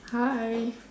hi